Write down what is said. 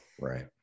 Right